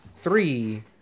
Three